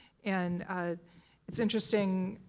and it is interesting,